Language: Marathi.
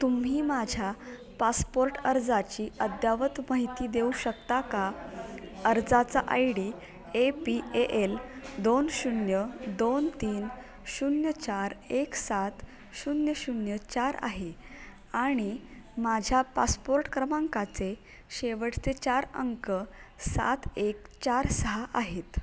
तुम्ही माझ्या पासपोर्ट अर्जाची अद्ययावत माहिती देऊ शकता का अर्जाचा I D A P A L दोन शून्य दोन तीन शून्य चार एक सात शून्य शून्य चार आहे आणि माझ्या पासपोर्ट क्रमांकाचे शेवटचे चार अंक सात एक चार सहा आहेत